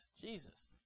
Jesus